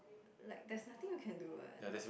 like there's nothing you can do what